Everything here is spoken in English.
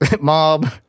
Mob